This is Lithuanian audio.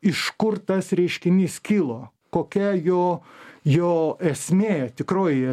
iš kur tas reiškinys kilo kokia jo jo esmė tikroji